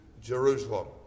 Jerusalem